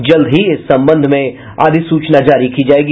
जल्द ही इस संबंध में अधिसूचना जारी की जायेगी